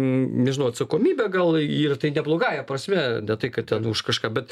n nežinau atsakomybę gal ir tai ne blogąja prasme ne tai kad ten už kažką bet